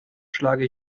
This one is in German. schlage